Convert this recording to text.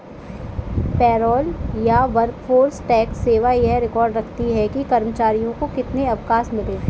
payroll या workforce tax सेवा यह रिकॉर्ड रखती है कि कर्मचारियों को कितने अवकाश मिले